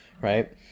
right